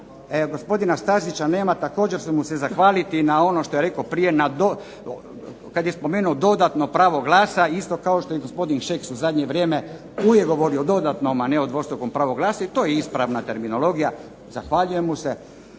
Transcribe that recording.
gospodina Stazića nema također ću mu se zahvaliti na onome što je rekao prije, na dodatno pravo glasa isto što i gospodin Šeks u zadnje vrijeme govorio o dodatnom a ne o dvostrukom pravu glasa i to je ispravna terminologija, zahvaljujem mu se.